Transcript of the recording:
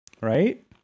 Right